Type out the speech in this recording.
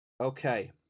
Okay